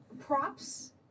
props